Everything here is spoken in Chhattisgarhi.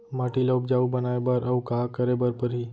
माटी ल उपजाऊ बनाए बर अऊ का करे बर परही?